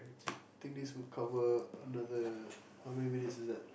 I think this would cover another how many minutes is that